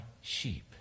sheep